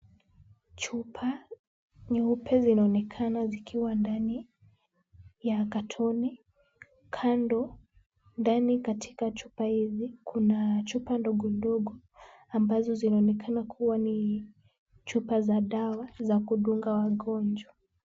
Chupa nyeupe, zinaonekana zikiwa ndani ya katoni , kando, ndani katika chupa hizi kuna chupa ndogondogo ambazo zinaonekana kuwa ni chupa za dawa za kudunga wagonjwa.